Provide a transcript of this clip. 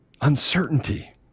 Uncertainty